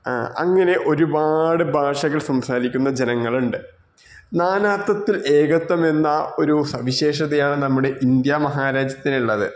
അങ്ങനെ ഒരുപാട് ഭാഷകൾ സംസാരിക്കുന്ന ജനങ്ങളുണ്ട് നാനാത്വത്തിൽ ഏകത്വമെന്ന ഒരു സവിശേഷതയാണ് നമ്മുടെ ഇന്ത്യ മഹാരാജ്യത്തിനുള്ളത്